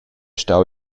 stau